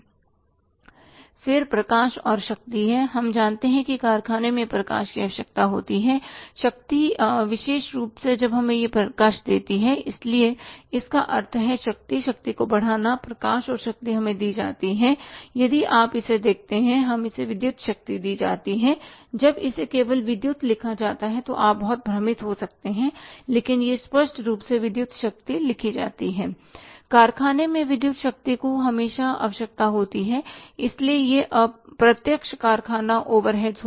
फिर प्रकाश और शक्ति है हम जानते हैं कि कारखाने में प्रकाश की आवश्यकता होती है शक्ति विशेष रूप से तब जब यह हमें प्रकाश देती है इसलिए इसका अर्थ है शक्ति शक्ति को बढ़ाना प्रकाश और शक्ति हमें दी जाती है यदि आप इसे देखते हैं हमें विद्युत शक्ति दी जाती है जब इसे केवल विद्युत लिखा जाता है तो आप बहुत भ्रमित हो सकते हैं लेकिन यह स्पष्ट रूप से विद्युत शक्ति लिखी जाती है कारखाने में विद्युत शक्ति की हमेशा आवश्यकता होती है इसलिए यह अप्रत्यक्ष कारखाना ओवरहेड होगा